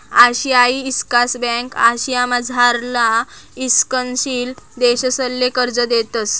आशियाई ईकास ब्यांक आशियामझारला ईकसनशील देशसले कर्ज देतंस